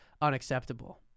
unacceptable